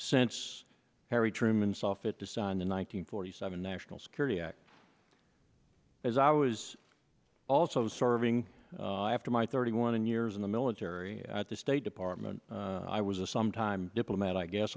sense harry truman saw fit to sign the one nine hundred forty seven national security act as i was also serving after my thirty one years in the military at the state department i was a sometime diplomat i guess